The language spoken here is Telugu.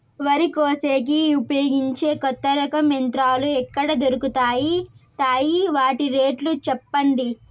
వరి కోసేకి ఉపయోగించే కొత్త రకం యంత్రాలు ఎక్కడ దొరుకుతాయి తాయి? వాటి రేట్లు చెప్పండి?